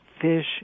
fish